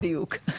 בדיוק.